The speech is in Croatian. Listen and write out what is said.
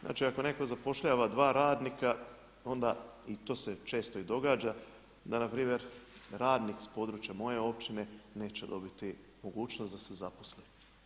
Znači ako neko zapošljava dva radnika i onda i to se često događa da npr. radnik s područja moje općine neće dobiti mogućnost da se zaposli.